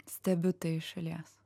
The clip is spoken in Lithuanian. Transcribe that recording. stebiu tai šalies